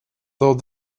though